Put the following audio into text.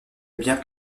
bien